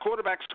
quarterbacks